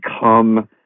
become